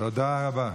תודה רבה.